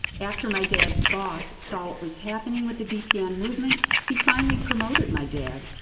after my dad's boss saw what was happening with the dpn movement, he finally promoted my dad.